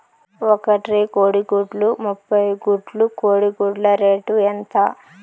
ఒక ట్రే కోడిగుడ్లు ముప్పై గుడ్లు కోడి గుడ్ల రేటు ఎంత?